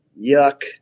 yuck